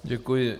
Děkuji.